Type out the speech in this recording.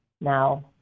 now